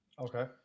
Okay